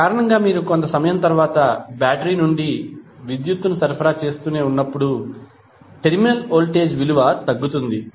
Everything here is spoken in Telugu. ఆ కారణంగా మీరు కొంత సమయం తర్వాత బ్యాటరీ నుండి విద్యుత్తును సరఫరా చేస్తూనే ఉన్నప్పుడు టెర్మినల్ వోల్టేజ్ విలువ తగ్గుతుంది